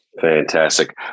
Fantastic